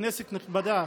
כנסת נכבדה,